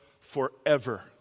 forever